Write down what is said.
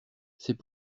c’est